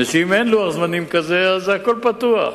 מפני שאם אין לוח זמנים כזה, אז הכול פתוח.